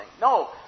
No